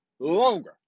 longer